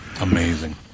Amazing